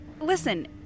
Listen